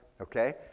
Okay